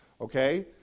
okay